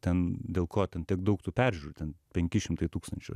ten dėl ko ten tiek daug tų peržiūrų ten penki šimtai tūkstančių